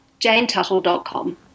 JaneTuttle.com